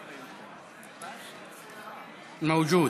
מווג'וד,